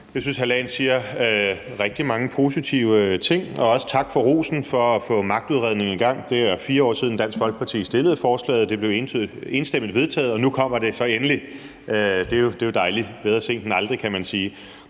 Jensen siger rigtig mange positive ting. Og også tak for rosen for at få magtudredningen i gang. Det er 4 år siden, at Dansk Folkeparti fremsatte forslaget og det blev enstemmigt vedtaget. Og nu kommer det så endelig. Det er jo dejligt; bedre sent end aldrig, kan man sige.